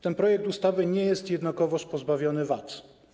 Ten projekt ustawy nie jest jednakowoż pozbawiony wad.